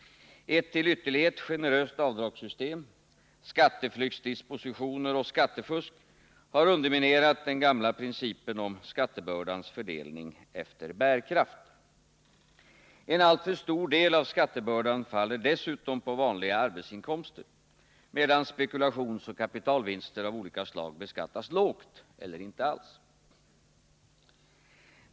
Ett till ytterlighet generöst avdragssystem, skatteflyktsdispositioner och skattefusk har underminerat den gamla principen om skattebördans fördelning efter bärkraft. En alltför stor del av skattebördan faller dessutom på vanliga arbetsinkomster, medan spekulationsoch kapitalvinster av olika slag beskattas lågt eller inte alls.